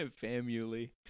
family